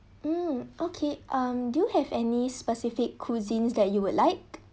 mm okay um do you have any specific cuisines that you would like